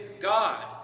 God